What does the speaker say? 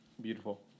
Beautiful